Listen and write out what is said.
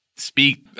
Speak